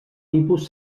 tipus